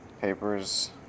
papers